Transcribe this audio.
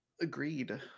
agreed